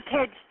kids